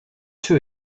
too